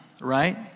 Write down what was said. right